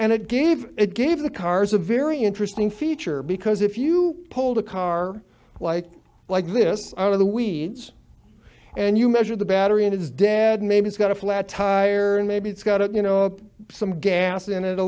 gave it gave the cars a very interesting feature because if you hold a car like like this out of the weeds and you measure the battery it is dead maybe it's got a flat tire and maybe it's got to you know up some gas in it a